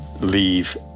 leave